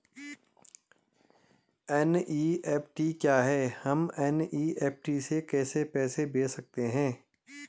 NEFT क्या है हम एन.ई.एफ.टी से कैसे पैसे भेज सकते हैं?